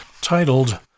titled